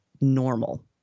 normal